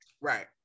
Right